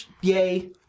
yay